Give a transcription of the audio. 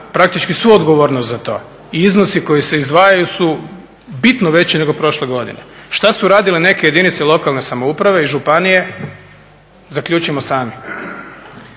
praktički svu odgovornost za to. I iznosi koji se izdvajaju su bitno veći nego prošle godine. Šta su radile neke jedinice lokalne samouprave i županije zaključimo sami.